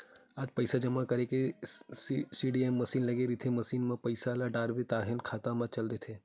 आज पइसा जमा करे के सीडीएम मसीन लगे रहिथे, मसीन म पइसा ल डालबे ताहाँले खाता म चल देथे